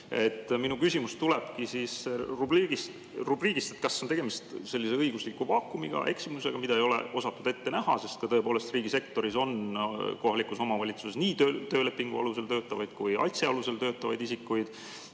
Minu küsimus tulebki [teemal], kas on tegemist sellise õigusliku vaakumiga, eksimusega, mida ei ole osatud ette näha – sest tõepoolest, riigisektoris ja kohalikus omavalitsuses on nii töölepingu alusel töötavaid kui ka ATS-i alusel töötavaid isikuid